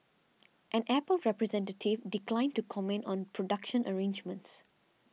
an Apple representative declined to comment on production arrangements